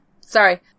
Sorry